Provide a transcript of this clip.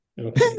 Okay